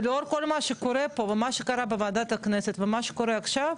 ולאור כל מה שקורה פה ומה שקרה בוועדת הכנסת ומה שקורה עכשיו,